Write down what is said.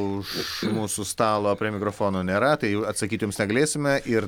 už mūsų stalo prie mikrofono nėra tai jau atsakyt jums negalėsime ir